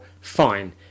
fine